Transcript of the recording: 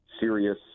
serious